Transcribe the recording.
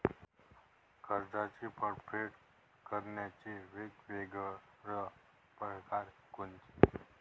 कर्जाची परतफेड करण्याचे वेगवेगळ परकार कोनचे?